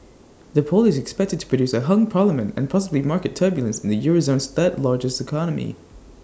the poll is expected to produce A hung parliament and possibly market turbulence in the euro zone's third largest economy